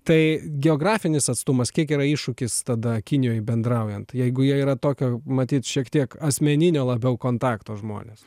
tai geografinis atstumas kiek yra iššūkis tada kinijoj bendraujant jeigu jie yra tokio matyt šiek tiek asmeninio labiau kontakto žmonės